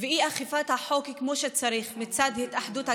ואי-אכיפת החוק כמו שצריך מצד התאחדות הכדורגל,